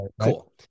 Cool